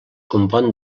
compon